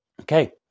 Okay